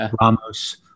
Ramos